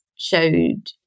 showed